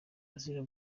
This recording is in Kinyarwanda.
azira